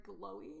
glowy